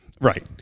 Right